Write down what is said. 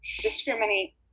discriminate